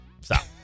Stop